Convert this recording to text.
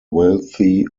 wealthy